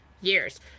years